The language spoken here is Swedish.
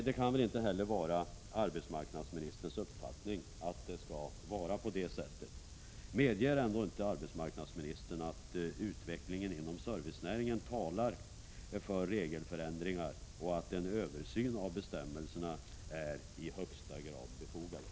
Det kan väl inte heller vara arbetsmarknadsministerns uppfattning. Medger ändå inte arbetsmarknadsministern att utvecklingen inom servicenäringen talar för regelförändringar och för att en översyn av bestämmelserna i högsta grad är befogad?